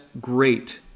great